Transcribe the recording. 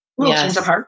Yes